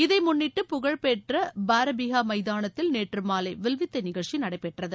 இதை முன்னிட்டு புகழ்பெற்ற பாரபீகா மைதானத்தில் நேற்று மாலை வில்வித்தை நிகழ்ச்சி நடைபெற்றது